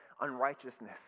unrighteousness